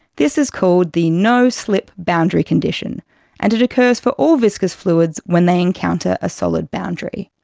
this is called the no slip boundary condition and it occurs for all viscous fluids when they encounter a solid boundary.